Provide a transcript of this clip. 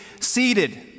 seated